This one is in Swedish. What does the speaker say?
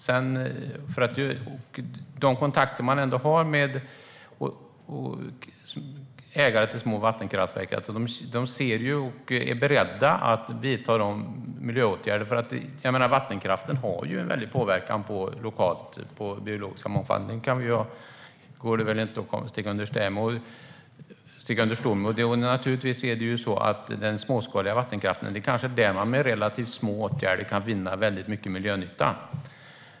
Man har kontakter med ägare till små vattenkraftverk, och de är beredda att vidta miljöåtgärder. Vattenkraften har en stark lokal påverkan på den biologiska mångfalden. Det går det inte att sticka under stol med. Det är kanske just inom den småskaliga vattenkraften som man med relativt små åtgärder kan vinna väldigt mycket miljönytta.